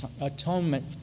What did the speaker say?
atonement